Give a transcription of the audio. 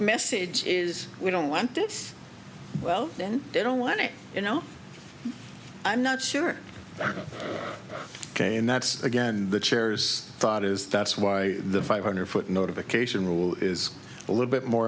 message is we don't want it well then they don't want it you know i'm not sure ok and that's again the chairs thought is that's why the five hundred foot notification rule is a little bit more